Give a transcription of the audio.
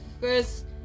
first